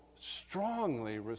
strongly